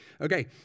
Okay